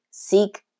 Seek